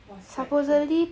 what's that term